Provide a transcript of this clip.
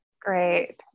great